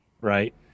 right